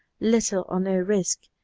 little or no risk,